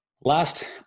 Last